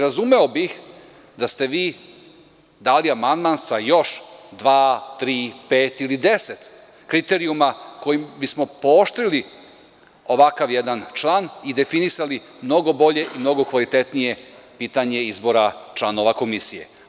Razumeo bih da ste vi dali amandman sa još dva, tri, pet ili deset kriterijuma kojima bismo pooštrili ovakav jedan član i definisali mnogo bolje i mnogo kvalitetnije pitanje izbora članova komisije.